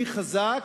מי חזק,